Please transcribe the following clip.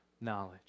knowledge